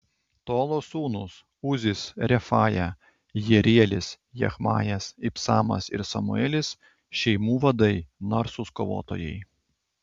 tolos sūnūs uzis refaja jerielis jachmajas ibsamas ir samuelis šeimų vadai narsūs kovotojai